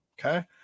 Okay